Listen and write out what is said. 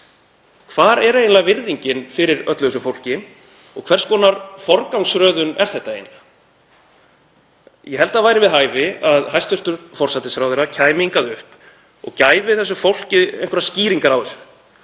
Hvar er eiginlega virðingin fyrir öllu þessu fólki? Hvers konar forgangsröðun er þetta eiginlega? Ég held að það væri við hæfi að hæstv. forsætisráðherra kæmi hingað upp og gæfi þessu fólki einhverjar skýringar.